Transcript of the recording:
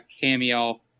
Cameo